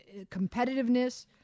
competitiveness